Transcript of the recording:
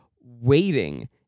waiting